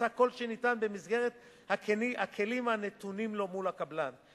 עשה כל שניתן במסגרת הכלים הנתונים לו מול הקבלן,